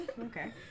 Okay